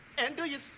and do you.